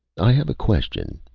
i have a question,